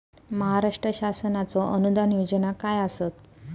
महाराष्ट्र शासनाचो अनुदान योजना काय आसत?